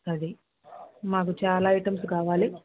అది మాకు చాలా ఐటమ్స్ కావాలి